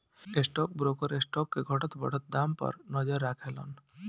stock broker stock के घटत बढ़त दाम पर नजर राखेलन